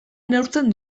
neurtzen